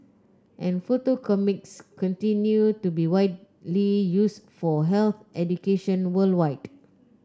and photo comics continue to be widely used for health education worldwide